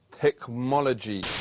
Technology